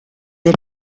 del